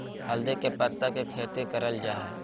हल्दी के पत्ता के खेती करल जा हई